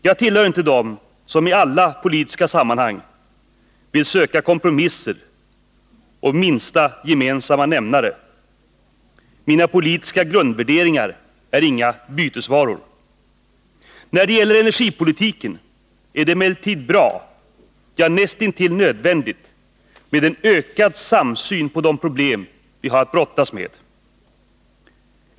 Jag tillhör inte dem som i alla politiska sammanhang vill söka kompromisser och minsta gemensamma nämnare. Mina politiska grundvärderingar är inga bytesvaror. När det gäller energipolitiken är det emellertid bra — ja, näst intill nödvändigt — med en ökad samsyn på de problem vi har att brottas med.